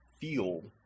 field